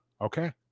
Okay